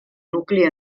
nucli